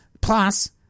plus